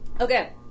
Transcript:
Okay